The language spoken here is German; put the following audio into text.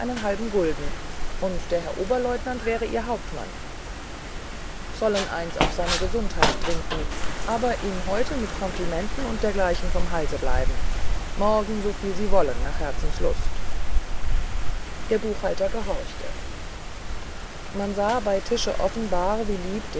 halben gulden und der herr oberleutnant wäre ihr hauptmann sollen eines auf seine gesundheit trinken aber ihm heut mit komplimenten und dergleichen vom halse bleiben morgen soviel sie wollen nach herzenslust der buchhalter gehorchte man sah bei tische offenbar wie lieb